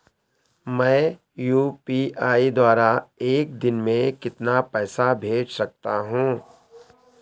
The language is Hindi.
मैं यू.पी.आई द्वारा एक दिन में कितना पैसा भेज सकता हूँ?